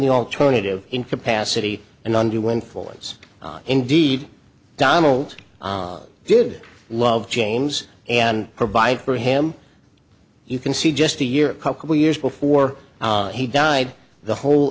the alternative in capacity and undue influence on indeed donald did love james and provide for him you can see just a year a couple years before he died the whole